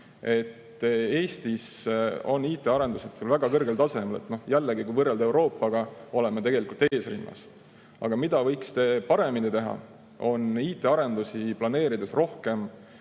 et Eestis on IT-arendused väga kõrgel tasemel. Jällegi, kui võrrelda Euroopaga, oleme tegelikult esirinnas. Aga mida võiks paremini teha, on IT-arendusi planeerides rohkem